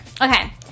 Okay